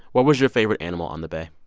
what was your favorite animal on the bay?